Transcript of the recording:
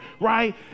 right